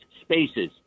spaces